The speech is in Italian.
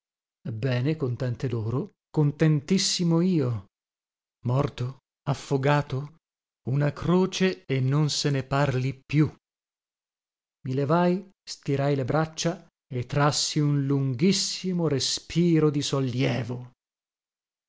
vedova ebbene contente loro contentissimo io morto affogato una croce e non se ne parli più i levai stirai le braccia e trassi un lunghissimo respiro di sollievo